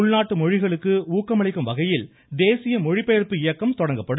உள்நாட்டு மொழிகளுக்கு ஊக்கமளிக்கும் வகையில் தேசிய மொழிபெயர்ப்பு இயக்கம் தொடங்கப்படும்